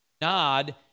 Nod